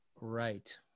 right